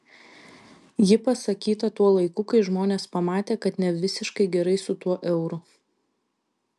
ji pasakyta tuo laiku kai žmonės pamatė kad ne visiškai gerai su tuo euru